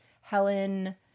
Helen